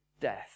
death